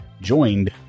Joined